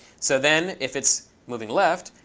so then if it's moving left,